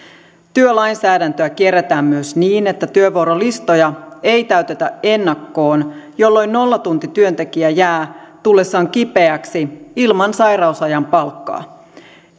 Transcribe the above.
työlainsäädäntöä kierretään myös niin että työvuorolistoja ei täytetä ennakkoon jolloin nollatuntityöntekijä jää tullessaan kipeäksi ilman sairausajan palkkaa